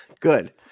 Good